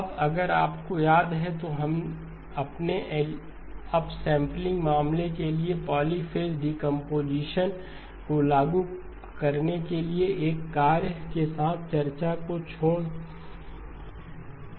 अब अगर आपको याद है तो हमने अपसैंपलिंग मामले के लिए पॉलीफ़ेज़ डीकंपोजीशन को लागू करने के लिए एक कार्य के साथ चर्चा को छोड़ दिया